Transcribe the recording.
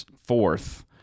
fourth